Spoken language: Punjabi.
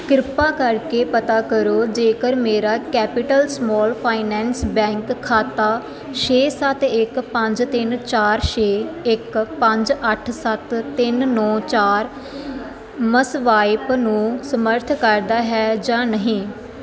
ਕ੍ਰਿਪਾ ਕਰਕੇ ਪਤਾ ਕਰੋ ਜੇਕਰ ਮੇਰਾ ਕੈਪੀਟਲ ਸਮਾਲ ਫਾਈਨਾਂਸ ਬੈਂਕ ਖਾਤਾ ਛੇ ਸੱਤ ਇੱਕ ਪੰਜ ਤਿੰਨ ਚਾਰ ਛੇ ਇੱਕ ਪੰਜ ਅੱਠ ਸੱਤ ਤਿੰਨ ਨੌਂ ਚਾਰ ਮਸਵਾਇਪ ਨੂੰ ਸਮਰਥ ਕਰਦਾ ਹੈ ਜਾਂ ਨਹੀਂ